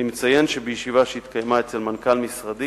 אני מציין שבישיבה שהתקיימה אצל מנכ"ל משרדי